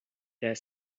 dare